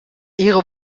ihre